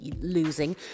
losing